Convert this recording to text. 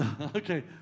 Okay